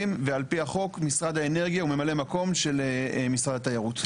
ועל פי החוק משרד האנרגיה הוא ממלא מקום של משרד התיירות.